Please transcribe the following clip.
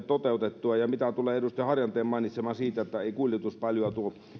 toteutettua mitä tulee edustaja harjanteen mainitsemaan asiaan että ei kuljetus paljoa tuo